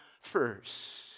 first